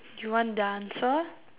you want the answer